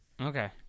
Okay